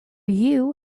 you